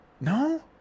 No